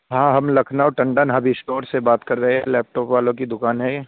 ہاں ہم Lucknow Tandon hub store سے بات کر رہے لیپ ٹاپ والوں کی دوکان ہے یہ